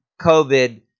COVID